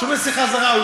שום נסיכה זרה.